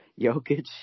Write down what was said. Jokic